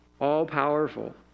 all-powerful